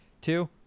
two